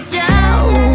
down